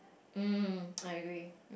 mm I agree